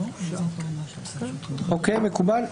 מקובל?